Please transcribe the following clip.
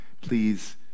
please